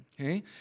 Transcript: okay